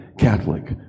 Catholic